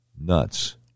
nuts